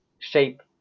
shape